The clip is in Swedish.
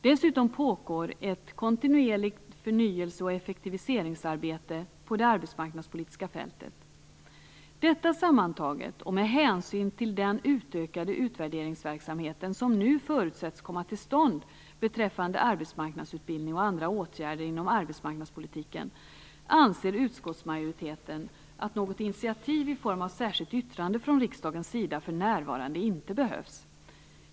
Dessutom pågår ett kontinuerligt förnyelse och effektiviseringsarbete på det arbetsmarknadspolitiska fältet. Detta sammantaget och med hänsyn till den utökade utvärderingsverksamheten som nu förutsätts komma till stånd beträffande arbetsmarknadsutbildning och andra åtgärder inom arbetsmarknadspolitiken anser utskottsmajoriteten att något initiativ i form av särskilt yttrande från riksdagens sida för närvarande inte behövs.